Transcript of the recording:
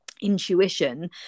intuition